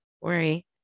worry